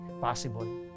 possible